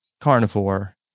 carnivore